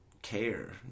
care